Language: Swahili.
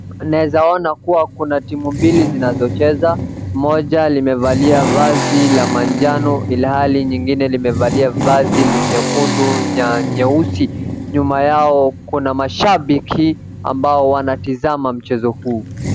Naeza ona kuwa kuna timu mbili zinazocheza, moja limevalia vazi la manjano, ilihali nyingine limevalia vazi nyekundu na nyeusi, nyuma yao kuna mashabiki ambao wanatazama mchezo huu.